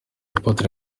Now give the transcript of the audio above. apotre